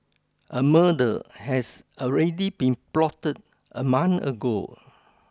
a murder has already been plotted a month ago